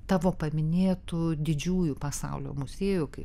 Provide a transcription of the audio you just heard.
tavo paminėtų didžiųjų pasaulio muziejų kaip